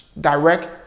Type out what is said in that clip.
direct